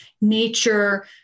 nature